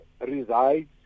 resides